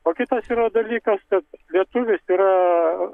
o kitas yra dalykas kad lietuvis yra